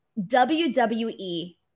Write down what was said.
WWE